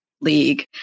league